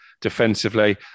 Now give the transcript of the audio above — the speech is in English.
defensively